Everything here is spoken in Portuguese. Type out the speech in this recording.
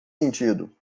sentido